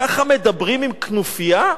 ככה מדברים עם כנופיה?